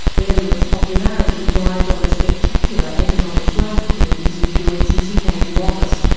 erdogan's popularity rides on the spectacular economic growth turkey has enjoyed since he came to office,